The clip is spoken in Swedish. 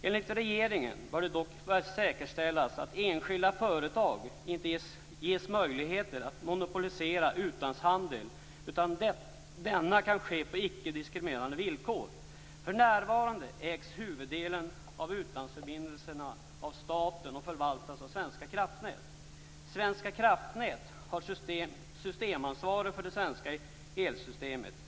Enligt regeringen bör det dock säkerställas att enskilda företag inte ges möjlighet att monopolisera utlandshandeln, utan att denna kan ske på ickediskriminerande villkor. För närvarande ägs huvuddelen av utlandsförbindelserna av staten och förvaltas av Svenska kraftnät. Svenska kraftnät har systemansvaret för det svenska elsystemet.